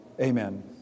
Amen